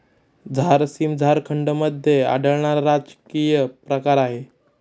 झारसीम झारखंडमध्ये आढळणारा राजकीय प्रकार आहे